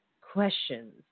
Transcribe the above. questions